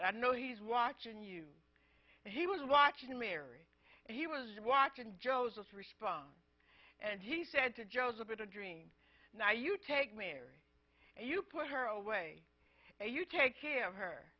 and i know he's watching you and he was watching mary and he was watching joseph's response and he said to joseph it a dream now you take mary and you put her away a you take care of her